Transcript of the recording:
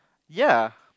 ya